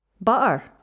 Butter